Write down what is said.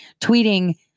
tweeting